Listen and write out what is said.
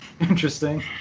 Interesting